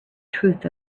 truth